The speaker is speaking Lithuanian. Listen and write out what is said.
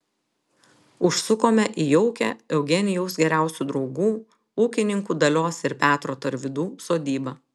užsukome į jaukią eugenijaus geriausių draugų ūkininkų dalios ir petro tarvydų sodybą